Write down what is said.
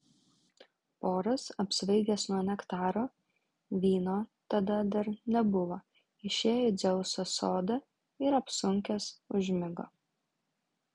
poras apsvaigęs nuo nektaro vyno tada dar nebuvo išėjo į dzeuso sodą ir apsunkęs užmigo